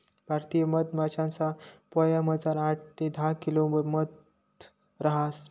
भारतीय मधमाशासना पोयामझार आठ ते दहा किलो मध रहास